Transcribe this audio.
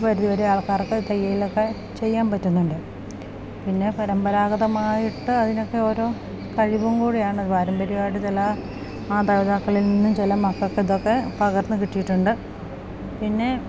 ഒരു പരിധിവരെ ആൾക്കാർക്ക് തയ്യൽലൊക്കെ ചെയ്യാന് പറ്റുന്നുണ്ട് പിന്നെ പരമ്പരാഗതമായിട്ട് അതിനൊക്കെ ഓരോ കഴിവും കൂടിയാണ് പാരമ്പര്യമായിട്ട് ചില മാതാപിതാക്കളിൽ നിന്നും ചില മക്കൾക്ക് ഇതൊക്കെ പകർന്ന് കിട്ടിയിട്ടുണ്ട് പിന്നെ